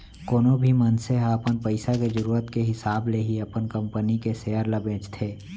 कोनो भी मनसे ह अपन पइसा के जरूरत के हिसाब ले ही अपन कंपनी के सेयर ल बेचथे